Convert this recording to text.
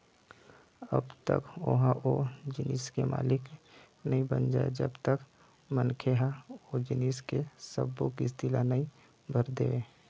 कब तक ओहा ओ जिनिस के मालिक नइ बन जाय जब तक मनखे ह ओ जिनिस के सब्बो किस्ती ल नइ भर देवय